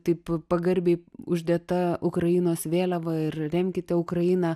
taip pagarbiai uždėta ukrainos vėliava ir remkite ukrainą